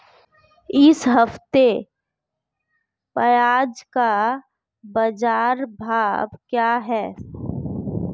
इस हफ्ते प्याज़ का बाज़ार भाव क्या है?